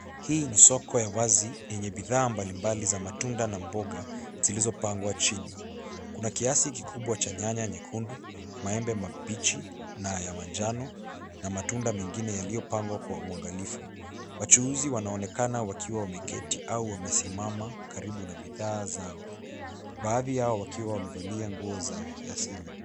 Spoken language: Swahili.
Hii ni soko ya wazi yenye bidhaa mbalimbali ya matundo na mboga zilizopangwa chini. Kuna kiasi kikubwa cha nyanya nyekundu, maembe mabichi na ya manjano na matunda mengine yaliyopangwa kwa uangalifu. Wachuuzi wanaonekana wakiwa wameketi au wamesimama karibu na bidhaa zao, baadhi yao wakiwa wamevalia nguo za kiasili.